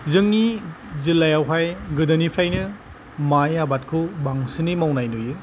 जोंनि जिल्लायावहाय गोदोनिफ्रायनो माइ आबादखौ बांसिनै मावनाय नुयो